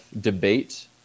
debate